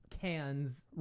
cans